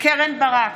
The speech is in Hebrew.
קרן ברק,